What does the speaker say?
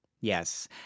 Yes